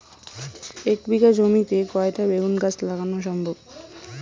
এক বিঘা জমিতে কয়টা বেগুন গাছ লাগানো সম্ভব?